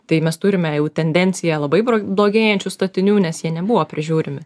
tai mes turime jau tendenciją labai blogėjančių statinių nes jie nebuvo prižiūrimi